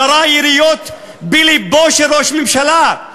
ירה יריות בלבו של ראש ממשלה,